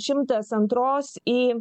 šimtas antros į